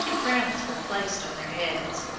crowns were placed on their heads,